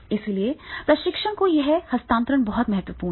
इसलिए प्रशिक्षण का यह हस्तांतरण बहुत महत्वपूर्ण है